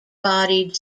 bodied